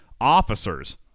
officers